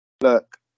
look